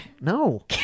No